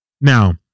Now